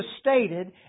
stated